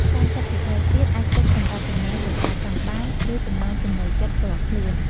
៣០% ទៀត អាចទុកសម្រាប់ចំណាយលើការចង់បាន ឬចំណង់ចំណូលចិត្តផ្ទាល់ខ្លួន។